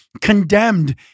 condemned